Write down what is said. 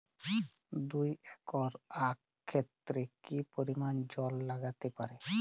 দুই একর আক ক্ষেতে কি পরিমান জল লাগতে পারে?